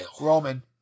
Roman